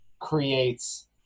creates